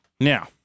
Now